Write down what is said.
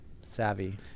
savvy